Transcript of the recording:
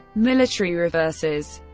military reverses